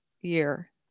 year